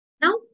Now